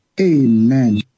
Amen